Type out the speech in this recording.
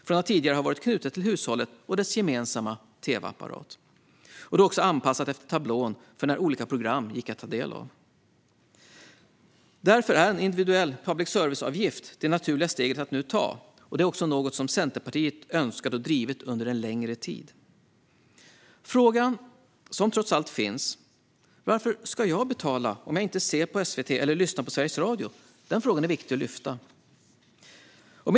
Från att tidigare ha varit knutet till hushållets gemensamma tvapparat, anpassat efter programtablån, har tittandet och lyssnandet blivit en tydligare individuell angelägenhet. Därför är en individuell public service-avgift det naturliga steget att nu ta. Det är också något som Centerpartiet har önskat och drivit under en längre tid. Frågan som trots allt finns är varför jag ska betala fast jag inte ser på SVT eller lyssnar till Sveriges Radio. Den frågan är viktig att lyfta fram.